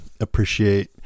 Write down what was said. appreciate